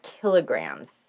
kilograms